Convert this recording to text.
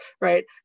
right